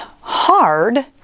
hard